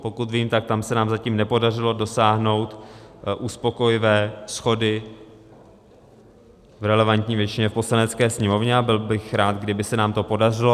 Pokud vím, tak tam se nám zatím nepodařilo dosáhnout uspokojivé shody v relevantní většině v Poslanecké sněmovně, a byl bych rád, kdyby se nám to podařilo.